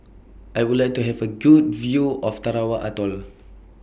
I Would like to Have A Good View of Tarawa Atoll